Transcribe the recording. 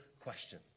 question